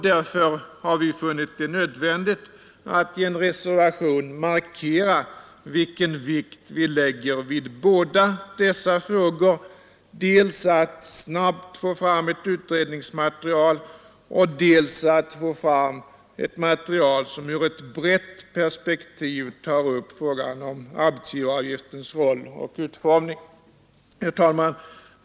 Därför har vi funnit det vara nödvändigt att i en reservation markera vilken vikt vi lägger vid båda dessa frågor, alltså dels att snabbt få fram ett utredningsmaterial, dels att få fram ett material som ur ett brett perspektiv tar upp frågan om arbetsgivareavgiftens roll och utform ning. Herr talman!